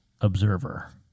observer